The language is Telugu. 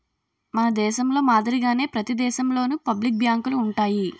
మన దేశంలో మాదిరిగానే ప్రతి దేశంలోనూ పబ్లిక్ బ్యాంకులు ఉంటాయి